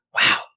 Wow